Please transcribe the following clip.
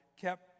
kept